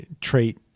trait